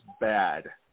bad